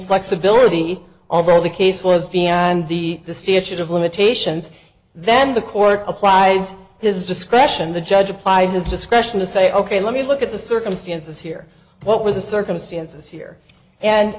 flexibility over the case was and the the statute of limitations then the court applies his discretion the judge applied his discretion to say ok let me look at the circumstances here what were the circumstances here and